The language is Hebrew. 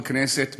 בכנסת,